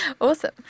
Awesome